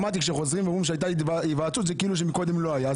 אמרתי שחוזרים ואומרים שהייתה היוועצות זה כאילו שמקודם לא היה.